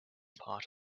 part